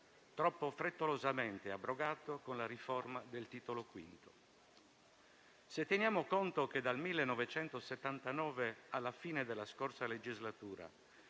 troppo frettolosamente abrogato con la riforma del Titolo V. Se teniamo conto che dal 1979 alla fine della scorsa legislatura